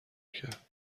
کرد